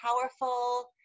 powerful